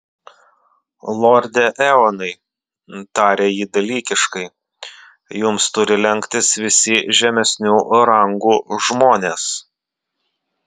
lorde eonai tarė ji dalykiškai jums turi lenktis visi žemesnių rangų žmonės